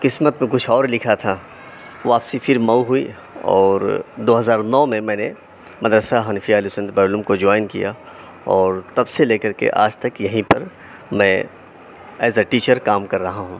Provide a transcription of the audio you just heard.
قسمت میں کچھ اور لکھا تھا واپسی پھر مئو ہوئی اور دو ہزار نو میں میں نے مدرسہ حنفیہ اہل سنت بحر العلوم کو جوائن کیا اور تب سے لے کر کے آج تک یہیں پر میں ایز اے ٹیچر کام کر رہا ہوں